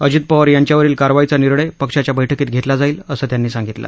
अजित पवार यांच्यावरील कारवाईचा निर्णय पक्षाच्या बैठकीत घेतला जाईल असं त्यांनी सांगितलं